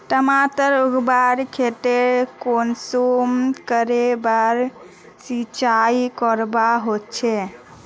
टमाटर उगवार केते कुंसम करे बार सिंचाई करवा होचए?